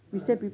ah